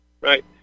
Right